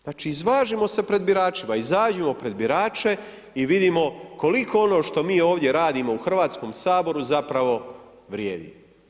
Znači izvažimo se pred biračima, izađimo pred birače i vidimo koliko ono što mi ovdje radimo u Hrvatskom saboru zapravo vrijedi.